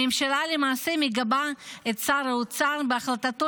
הממשלה למעשה מגבה את שר האוצר בהחלטתו